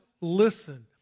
listen